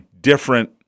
different